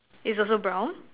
is also brown